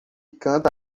canta